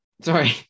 Sorry